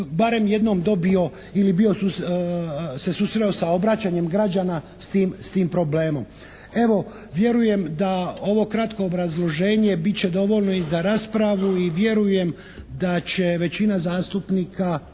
barem jednom dobio ili bio, se susreo sa obraćanjem građana s tim problemom. Evo, vjerujem da ovo kratko obrazloženje bit će dovoljno i za raspravu i vjerujem da će većina zastupnika